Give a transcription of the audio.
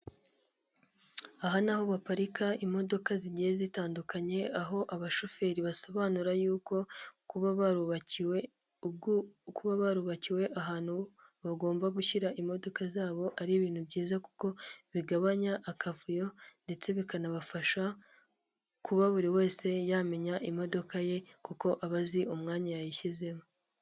Aha ni aho baparika imodoka zigiye zitandukanye, aho abashoferi basobanura y'uko kuba barubakiwe ahantu bagomba gushyira imodoka zabo, ari ibintu byiza kuko bigabanya akavuyo, ndetse bikanabafasha kuba buri wese yamenya imodoka ye, kuko aba azi umwanya yayishyizemo.